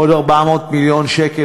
עוד 400 מיליון שקל,